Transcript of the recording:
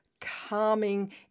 calming